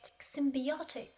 symbiotic